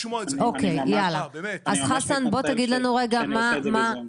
אני ממש מתנצל שאני עושה את זה בזום.